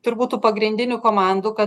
turbūt tų pagrindinių komandų kad